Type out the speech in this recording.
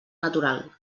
natural